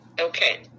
Okay